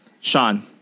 Sean